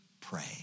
pray